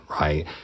right